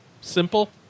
Simple